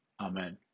Amen